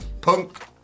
Punk